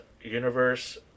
universe